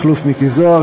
מכלוף מיקי זוהר,